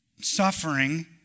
suffering